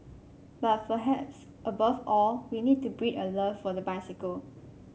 but perhaps above all we need to breed a love for the bicycle